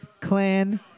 clan